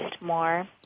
more